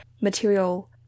material